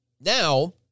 Now